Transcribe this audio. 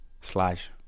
Slash